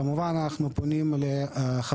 כמובן אנחנו פונים לחברי